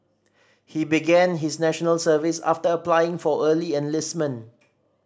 he began his National Service after applying for early enlistment